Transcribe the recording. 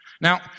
Now